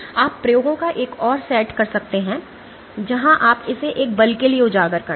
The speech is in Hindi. आप प्रयोगों का एक और सेट कर सकते हैं जहां आप इसे एक बल के लिए उजागर करते हैं